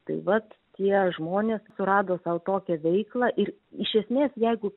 tai vat tie žmonės surado sau tokią veiklą ir iš esmės jeigu